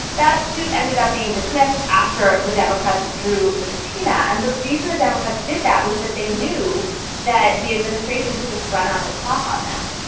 that suit ended up being dismissed after the democrats withdrew the subpoena. and the reason the democrats did that was that they knew that the administration could just run out the clock on them.